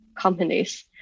companies